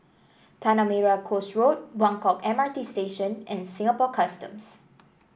Tanah Merah Coast Road Buangkok M R T Station and Singapore Customs